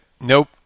nope